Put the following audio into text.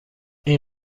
این